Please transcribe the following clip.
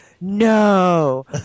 no